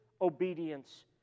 obedience